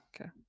okay